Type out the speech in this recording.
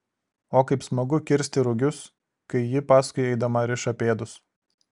o kaip smagu kirsti rugius kai ji paskui eidama riša pėdus